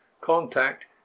contact